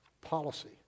policy